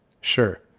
Sure